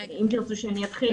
אם תרצו שאני אתחיל,